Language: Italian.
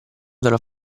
della